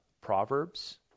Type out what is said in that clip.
proverbs